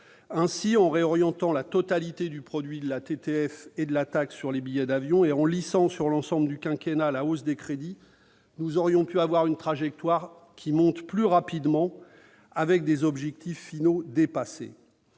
Ainsi, en réorientant la totalité du produit de la TTF et de la taxe sur les billets d'avion, et en lissant sur l'ensemble du quinquennat la hausse des crédits, nous aurions pu obtenir une trajectoire montant plus rapidement ; ce faisant, les objectifs finaux auraient